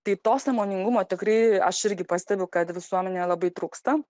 tai to sąmoningumo tikrai aš irgi pastebiu kad visuomenėje labai trūksta